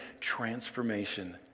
transformation